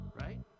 right